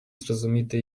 зрозуміти